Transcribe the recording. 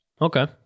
Okay